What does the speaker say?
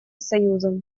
союзом